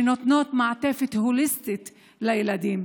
שנותנת מעטפת הוליסטית לילדים,